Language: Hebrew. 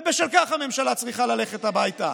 ובשל כך הממשלה צריכה ללכת הביתה.